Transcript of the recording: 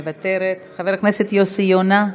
מוותרת, חבר הכנסת יוסי יונה,